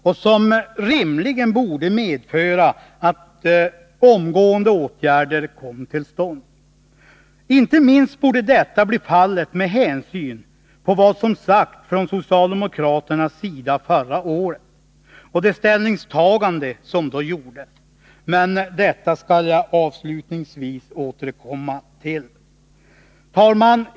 Detta borde rimligen medföra att åtgärder omgående kom till stånd. Inte minst borde detta bli fallet med hänsyn till vad som sagts från socialdemokraternas sida förra året och det ställningstagande som då gjordes. Detta skall jag avslutningsvis återkomma till. Herr talman!